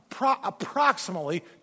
approximately